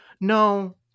No